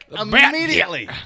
immediately